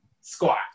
squat